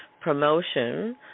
promotion